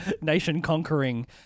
nation-conquering